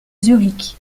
zurich